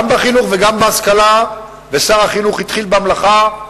גם בחינוך וגם בהשכלה, ושר החינוך התחיל במלאכה.